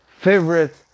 favorite